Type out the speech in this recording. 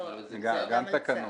גם תקנות.